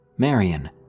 Marion